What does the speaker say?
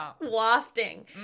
wafting